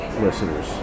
listeners